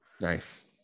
nice